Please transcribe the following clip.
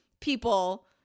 people